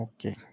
Okay